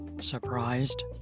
surprised